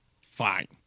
fine